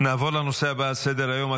נעבור לנושא הבא על סדר-היום,